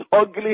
ugly